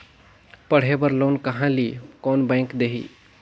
पढ़े बर लोन कहा ली? कोन बैंक देही?